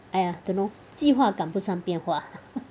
!aiya! don't know 计划赶不上变化